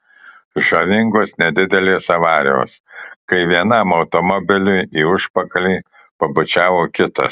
žavingos nedidelės avarijos kai vienam automobiliui į užpakalį pabučiavo kitas